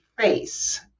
face